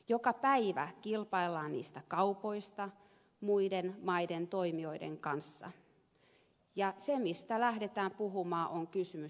joka päivä kilpaillaan niistä kaupoista muiden maiden toimijoiden kanssa ja se mistä lähdetään puhumaan on kysymys